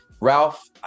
Ralph